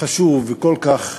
חשוב וכל כך